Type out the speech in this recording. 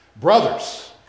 Brothers